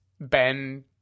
Ben